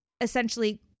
essentially